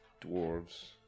dwarves